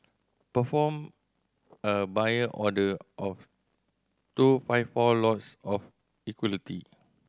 perform a Buy order of two five four lots of equity